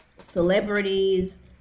celebrities